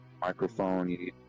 microphone